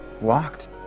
walked